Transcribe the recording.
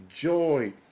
joy